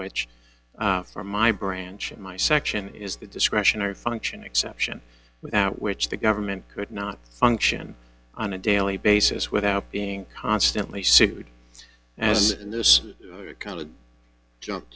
which for my branch in my section is the discretionary function exception without which the government could not function on a daily basis without being constantly sued as in this kind of jump